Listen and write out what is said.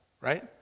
right